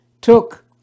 took